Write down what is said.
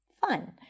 Fun